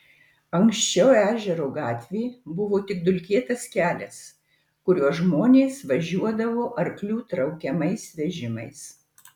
anksčiau ežero gatvė buvo tik dulkėtas kelias kuriuo žmonės važiuodavo arklių traukiamais vežimais